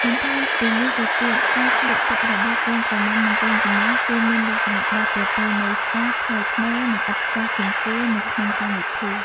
បន្ថែមពីនេះទៅទៀត ការស្លៀកពាក់របស់កូនក្រមុំនិងកូនកំលោះគឺមានលក្ខណះបែបប្រពៃណីស្អាត ថ្លៃថ្នូរ និងឥតខ្ចោះជាងគេនៅក្នុងកម្មវិធី។